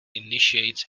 initiates